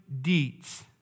deeds